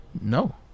No